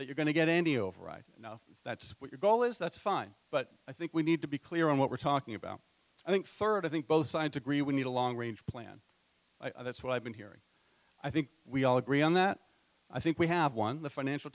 that you're going to get any over right now that's what your goal is that's fine but i think we need to be clear on what we're talking about i think third i think both sides agree we need a long range plan i that's what i've been hearing i think we all agree on that i think we have one the financial